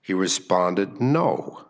he responded no